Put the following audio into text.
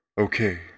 Okay